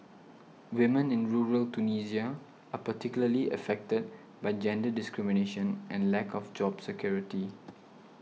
women in rural Tunisia are particularly affected by gender discrimination and lack of job security